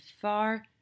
far